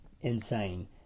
insane